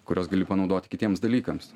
kuriuos gali panaudot kitiems dalykams